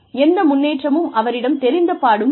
எந்த முன்னேற்றமும் அவரிடமும் தெரிந்தபாடில்லை